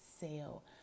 sale